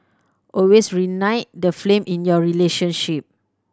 always reignite the flame in your relationship